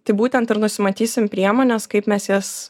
tai būtent ir nusimatysim priemones kaip mes jas